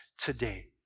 today